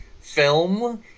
film